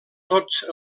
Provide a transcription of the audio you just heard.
tots